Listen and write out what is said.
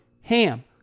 HAM